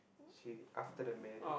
she after the marriage